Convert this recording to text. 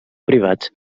privats